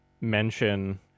mention